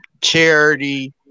charity